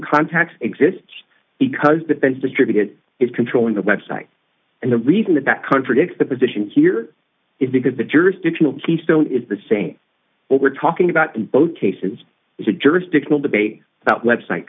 contact exists because defense distributed is controlling the website and the reason that that contradicts the position here is because the jurisdictional keystone is the same but we're talking about both cases jurisdictional debate about website